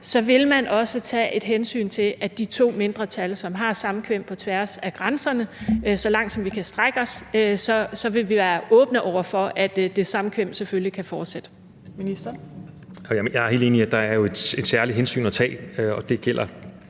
erfaringer, tage et hensyn til de to mindretal, som har samkvem på tværs af grænsen, altså så langt, som vi kan strække os, være åbne over for, at det samkvem selvfølgelig kan fortsætte.